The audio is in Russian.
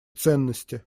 ценности